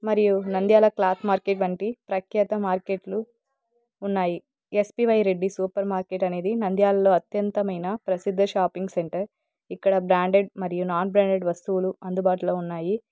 మరియు Nandyal cloth market వంటి ప్రఖ్యాత మార్కెట్లు ఉన్నాయి ఎస్పీవై రెడ్డి సూపర్ మార్కెట్ అనేది నంద్యాలలో అత్యంతమైన ప్రసిద్ధ షాపింగ్ సెంటర్ ఇక్కడ బ్రాండెడ్ మరియు నాన్ బ్రాండెడ్ వస్తువులు అందుబాటులో ఉన్నాయి